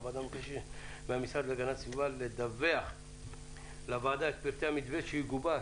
הוועדה מבקשת מהמשרד להגנת הסביבה לדווח לוועדה את פרטי המתווה שיגובש,